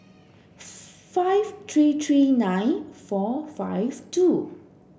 five three three nine four five two